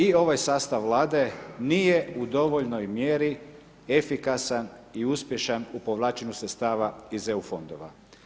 I ovaj sastav Vlade nije u dovoljnoj mjeri efikasan i uspješan u povlačenju sredstava iz EU fondova.